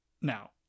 now